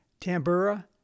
tambura